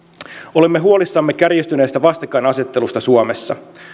olemme huolissamme kärjistyneestä vastakkainasettelusta suomessa